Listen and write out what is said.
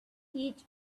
each